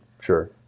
Sure